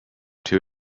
two